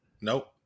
Nope